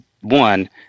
one